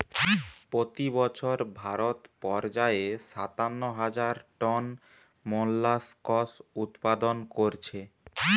পোতি বছর ভারত পর্যায়ে সাতান্ন হাজার টন মোল্লাসকস উৎপাদন কোরছে